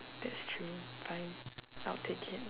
that's true by now they can